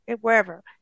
wherever